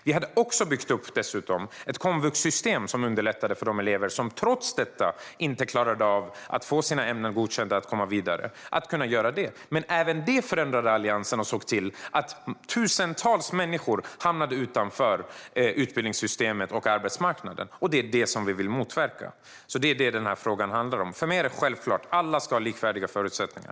Vi hade dessutom byggt upp ett komvuxsystem som underlättade för de elever som trots detta inte klarade av att bli godkända i alla ämnen och komma vidare att kunna göra det. Men även det förändrade Alliansen. Man såg till att tusentals människor hamnade utanför utbildningsystemet och arbetsmarknaden. Det är det som vi vill motverka, och det är det som den här frågan handlar om. För mig är det självklart att alla ska ha likvärdiga förutsättningar.